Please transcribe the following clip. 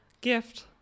gift